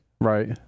Right